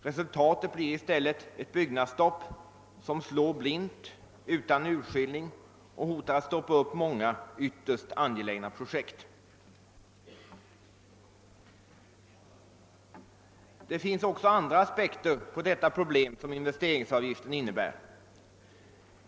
Resultatet blir i stället ett byggnadsstopp, som slår blint och utan urskillning och hotar att stoppa upp många ytterst angelägna projekt. Det finns också andra aspekter på det problem som investeringsavgiften innebär.